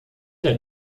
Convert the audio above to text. der